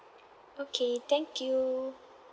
okay thank you